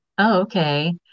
Okay